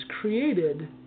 created